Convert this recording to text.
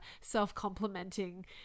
self-complimenting